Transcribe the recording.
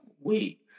wait